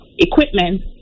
equipment